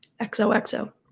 XOXO